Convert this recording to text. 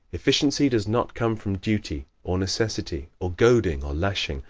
efficiency does not come from duty, or necessity, or goading, or lashing,